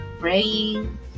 praying